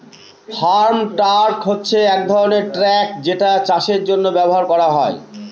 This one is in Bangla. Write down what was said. ফার্ম ট্রাক হচ্ছে এক ধরনের ট্র্যাক যেটা চাষের জন্য ব্যবহার করা হয়